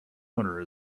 owner